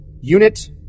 Unit